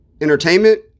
entertainment